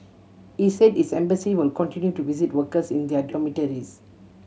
he said his embassy will continue to visit workers in their dormitories